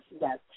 yes